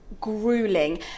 Grueling